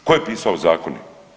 Tko je pisao zakone?